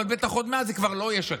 אבל בטח עוד מעט זה כבר לא יהיה שקט.